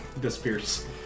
disappears